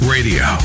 Radio